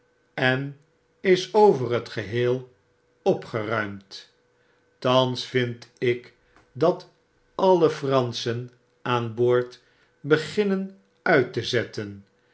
en is over het geheel opgeruimd thans vind ik dat alle franschen aan boord beginnen uit te zetten